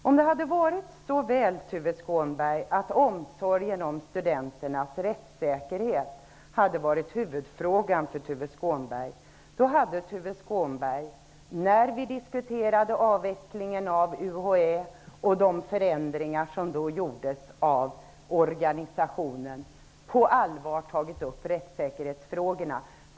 Om det hade varit så väl att omsorgen om studenternas rättssäkerhet hade varit huvudfrågan för Tuve Skånberg, då hade han på allvar tagit upp rättssäkerhetsfrågorna.